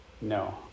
no